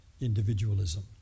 individualism